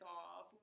off